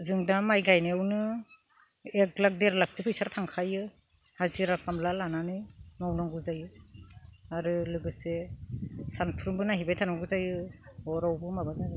जों दा माइ गायनायावनो एक लाख देर लाखसो फैसा थांखायो हाजिरा खामला लानानै मावनांगौ जायो आरो लोगोसे सामफ्रोमबो नाहैबाय थानांगौ जायो हरावबो माबा जायो